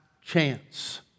chance